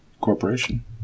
corporation